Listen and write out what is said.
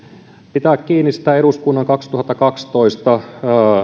pitää kiinni siitä eduskunnan kaksituhattakaksitoista